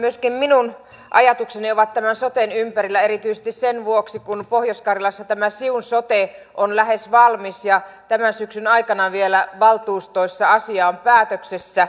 myöskin minun ajatukseni ovat tämän soten ympärillä erityisesti sen vuoksi kun pohjois karjalassa tämä siun sote on lähes valmis ja tämän syksyn aikana vielä valtuustoissa asia on päätöksessä